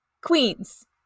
Queens